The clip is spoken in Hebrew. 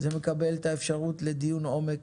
זה מקבל את האפשרות לדיון עומק